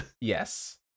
Yes